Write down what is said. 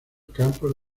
campos